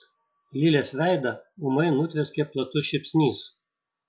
lilės veidą ūmai nutvieskė platus šypsnys